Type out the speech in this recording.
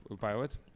pilot